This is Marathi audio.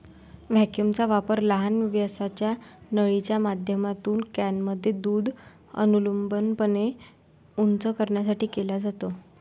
व्हॅक्यूमचा वापर लहान व्यासाच्या नळीच्या माध्यमातून कॅनमध्ये दूध अनुलंबपणे उंच करण्यासाठी केला जातो